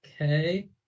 Okay